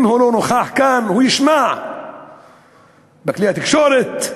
אם הוא לא נוכח כאן הוא ישמע בכלי התקשורת,